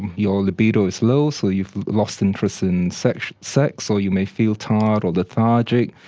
your libido is low, so you've lost interest in sex sex or you may feel tired or lethargic.